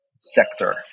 sector